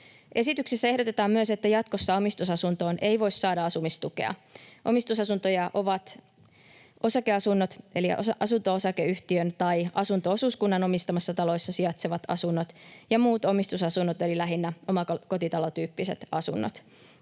Esityksessä ehdotetaan myös, että jatkossa omistusasuntoon ei voi saada asumistukea. Omistusasuntoja ovat osakeasunnot eli asunto-osakeyhtiön tai asunto-osuuskunnan omistamassa talossa sijaitsevat asunnot ja muut omistusasunnot eli lähinnä omakotitalotyyppiset asunnot.